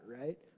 right